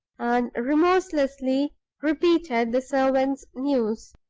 and remorselessly repeated the servant's news.